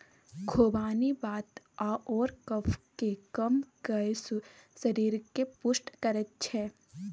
खुबानी वात आओर कफकेँ कम कए शरीरकेँ पुष्ट करैत छै